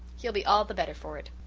he'll be all the better for it.